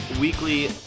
weekly